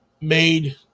made